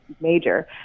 major